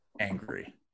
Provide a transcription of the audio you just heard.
angry